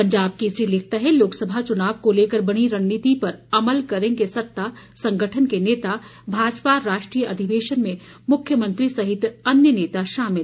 पंजाब केसरी लिखता है लोकसभा चुनाव को लेकर बनी रणनीति पर अमल करेंगे सत्ता संगठन के नेता भाजपा राष्ट्रीय अधिवेशन में मुख्यमंत्री सहित अन्य नेता शामिल